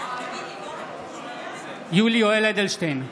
בהצבעה יולי יואל אדלשטיין,